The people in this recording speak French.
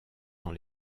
dans